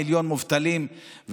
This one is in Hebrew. מיליון מובטלים?